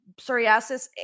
psoriasis